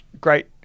Great